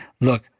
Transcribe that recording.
look